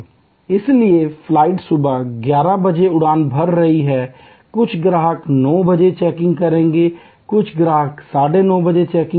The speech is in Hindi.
इसलिए फ्लाइट सुबह 11 बजे उड़ान भर रही है कुछ ग्राहक 9 बजे चेकिंग करेंगे कुछ 930 बजे आएंगे